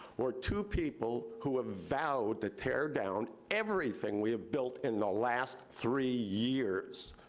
or two people who have vowed to tear down everything we have built in the last three years?